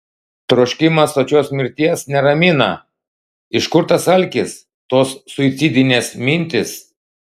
troškimas sočios mirties neramina iš kur tas alkis tos suicidinės mintys